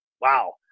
Wow